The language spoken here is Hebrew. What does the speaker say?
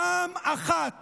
פעם אחת